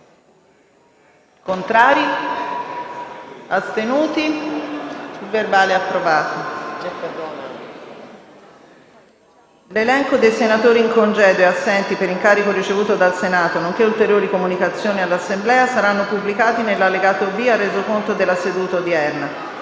link apre una nuova finestra"). L'elenco dei senatori in congedo e assenti per incarico ricevuto dal Senato, nonché ulteriori comunicazioni all'Assemblea saranno pubblicati nell'allegato B al Resoconto della seduta odierna.